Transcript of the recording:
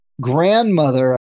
grandmother